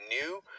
new